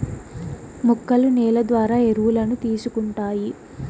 మొక్కలు నేల ద్వారా ఎరువులను తీసుకుంటాయి